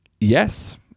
Yes